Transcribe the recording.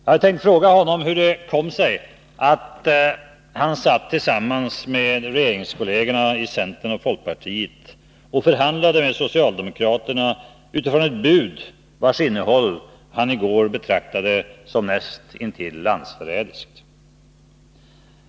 Jag hade tänkt fråga honom hur det kom sig att han satt tillsammans med regeringskollegerna i centern och folkpartiet och förhandlade med socialdemokraterna utifrån ett bud, vars innehåll han i år betraktade som nästintill landsförrädiskt.